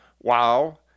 Wow